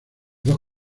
dos